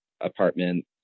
apartment